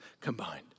combined